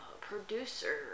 producer